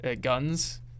guns